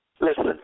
listen